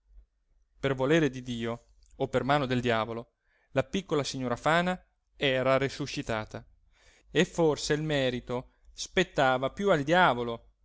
per volere di dio o per mano del diavolo la piccola signora fana era risuscitata e forse il merito spettava più al diavolo